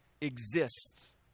exists